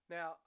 Now